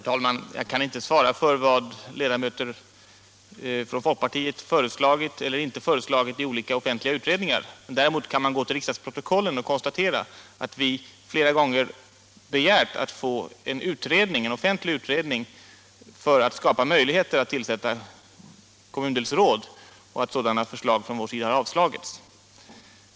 Herr talman! Jag kan inte svara för vad ledamöter från folkpartiet föreslagit eller inte föreslagit i olika offentliga utredningar. Däremot kan man gå till riksdagsprotokollen och konstatera att vi flera gånger begärt en offentlig utredning om kommundelsråd och att sådana förslag från vår sida avslagits.